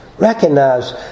Recognize